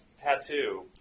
tattoo